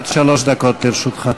עד שלוש דקות לרשותך.